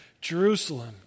Jerusalem